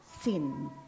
sin